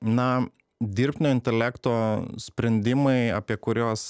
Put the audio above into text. na dirbtinio intelekto sprendimai apie kuriuos